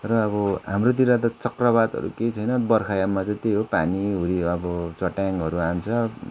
र अब हाम्रोतिर त चक्रपातहरू केही छैन बर्खायाममा चाहिँ त्यही हो पानीहुरी अब चट्याङ्गहरू हान्छ